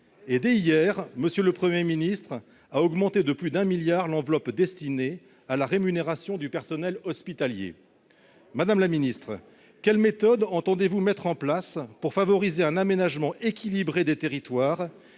Dès hier, M. le Premier ministre a augmenté de plus d'un milliard d'euros l'enveloppe destinée à la rémunération du personnel hospitalier. Quelle méthode entendez-vous mettre en place pour favoriser un aménagement équilibré des territoires